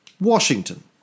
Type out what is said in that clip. Washington